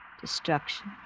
Destruction